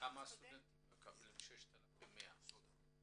--- כמה סטודנטים מקבלים 6,100 שקל?